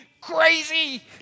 crazy